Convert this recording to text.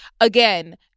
again